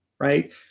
right